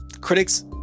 critics